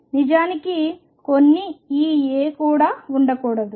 నిజానికి కొన్ని ఈ A కూడా ఉండకూడదు